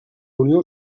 unió